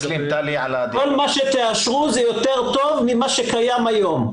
כל מה שתאשרו זה יותר טוב ממה שקיים היום.